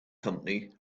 company